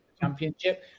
championship